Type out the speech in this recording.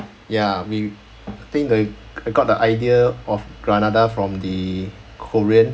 ya we I think the I got the idea of granada from the korean